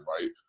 right